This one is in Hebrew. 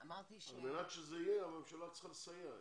על מנת שזה ישתנה הממשלה צריכה לסייע,